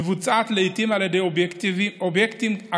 היא מבוצעת לעיתים על ידי אובייקטים אקראיים